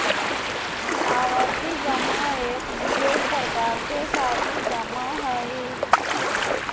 आवर्ती जमा एक विशेष प्रकार के सावधि जमा हइ